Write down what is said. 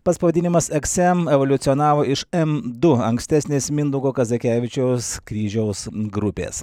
pats pavadinimas eksem evoliucionavo iš em du ankstesnės mindaugo kazakevičiaus kryžiaus grupės